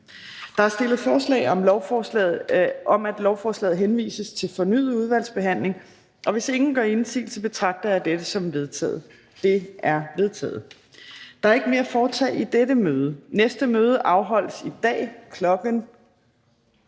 Der er stillet forslag om, at lovforslaget henvises til fornyet udvalgsbehandling, og hvis ingen gør indsigelse, betragter jeg dette som vedtaget. Det er vedtaget. --- Kl. 17:24 Meddelelser fra formanden